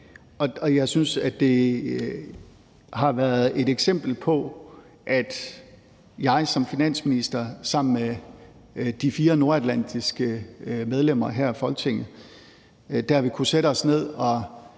Jeg synes, at det har været et eksempel på, at jeg som finansminister har kunnet sætte mig ned med de fire nordatlantiske medlemmer her i Folketinget og i en god og